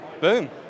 Boom